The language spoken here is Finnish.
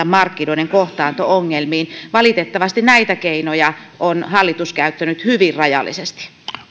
markkinoiden kohtaanto ongelmiin valitettavasti näitä keinoja on hallitus käyttänyt hyvin rajallisesti